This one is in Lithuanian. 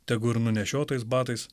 tegu ir nunešiotais batais